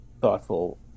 thoughtful